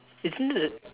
isn't it